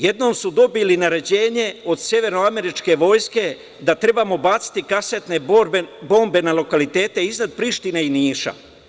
Jednom su dobili naređenje od severnoameričke vojske da trebamo baciti kasetne bombe na lokalitete iznad Prištine i Niša.